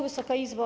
Wysoka Izbo!